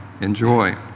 enjoy